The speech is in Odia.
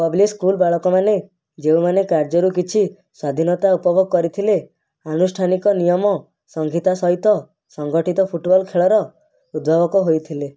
ପବ୍ଲିକ୍ ସ୍କୁଲ ବାଳକମାନେ ଯେଉଁମାନେ କାର୍ଯ୍ୟରୁ କିଛି ସ୍ୱାଧୀନତା ଉପଭୋଗ କରିଥିଲେ ଆନୁଷ୍ଠାନିକ ନିୟମ ସଂହିତା ସହିତ ସଂଗଠିତ ଫୁଟବଲ୍ ଖେଳର ଉଦ୍ଭାବକ ହୋଇଥିଲେ